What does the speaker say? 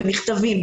במכתבים,